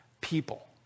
people